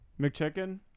McChicken